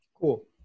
cool